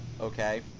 Okay